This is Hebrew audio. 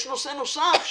יש נושא נוסף,